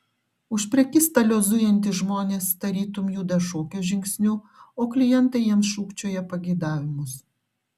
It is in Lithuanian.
už prekystalio zujantys žmonės tarytum juda šokio žingsniu o klientai jiems šūkčioja pageidavimus